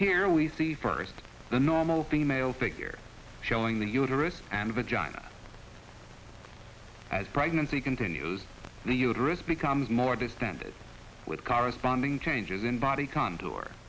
here we see first the normal female figure showing the uterus and vagina as pregnancy continues the uterus becomes more distended with corresponding changes in body contour